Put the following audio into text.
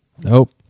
nope